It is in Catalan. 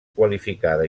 qualificada